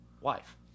wife